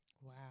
Wow